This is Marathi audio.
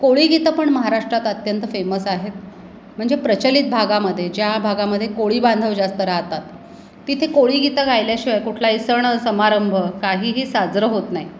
कोळीगीतं पण महाराष्ट्रात अत्यंत फेमस आहेत म्हणजे प्रचलित भागामध्ये ज्या भागामध्ये कोळी बांधव जास्त राहतात तिथे कोळीगीतं गायल्याशिवाय कुठलाही सण समारंभ काहीही साजरं होत नाही